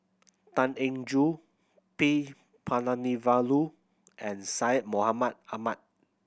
Tan Eng Joo P Palanivelu and Syed Mohamed Ahmed